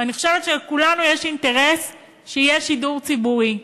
ואני חושבת שלכולנו יש אינטרס שיהיה שידור ציבורי.